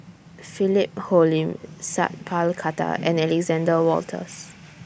Philip Hoalim Sat Pal Khattar and Alexander Wolters